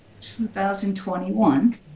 2021